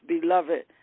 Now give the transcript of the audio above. beloved